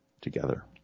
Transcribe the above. together